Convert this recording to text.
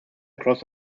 across